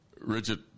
Richard